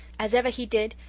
as ever he did,